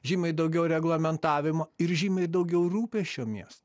žymiai daugiau reglamentavimo ir žymiai daugiau rūpesčio miestu